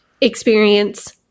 experience